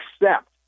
accept